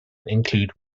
include